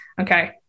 okay